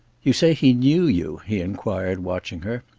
you say he knew you? he inquired, watching her.